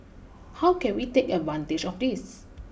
how can we take advantage of this